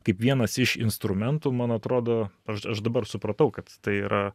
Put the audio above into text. kaip vienas iš instrumentų man atrodo aš aš dabar supratau kad tai yra